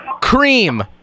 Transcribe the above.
cream